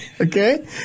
Okay